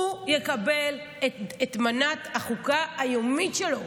הוא יקבל את מנת החוקה היומית שלו,